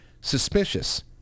suspicious